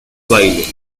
baile